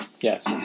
Yes